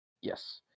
Yes